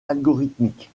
algorithmique